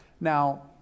Now